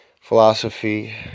philosophy